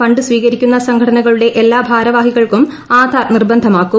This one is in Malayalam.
ഫണ്ട് സ്വീകരിക്കുന്ന സംഘടനകളുടെ എല്ലാ ഭാരവാഹികൾക്കും ആധാർ നിർബന്ധമാക്കും